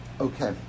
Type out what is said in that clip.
Okay